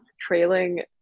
trailing